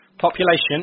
population